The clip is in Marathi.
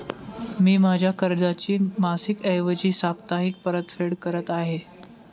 मी माझ्या कर्जाची मासिक ऐवजी साप्ताहिक परतफेड करत आहे